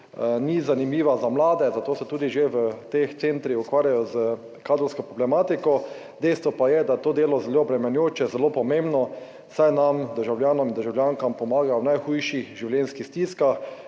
ni zanimivo za mlade, zato se tudi že v teh centrih ukvarjajo s kadrovsko problematiko. Dejstvo pa je, da je to delo zelo obremenjujoče, zelo pomembno, saj nam državljanom in državljankam pomaga v najhujših življenjskih stiskah,